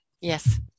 Yes